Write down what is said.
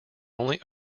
only